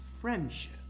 friendship